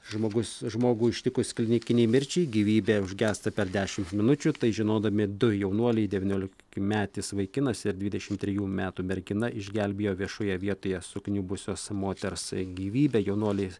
žmogus žmogų ištikus klinikinei mirčiai gyvybė užgęsta per dešimt minučių tai žinodami du jaunuoliai devyniolikmetis vaikinas ir dvidešimt trejų metų mergina išgelbėjo viešoje vietoje sukniubusios moters gyvybę jaunuoliai